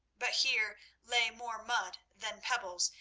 but here lay more mud than pebbles,